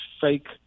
fake